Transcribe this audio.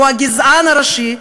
הוא הגזען הראשי.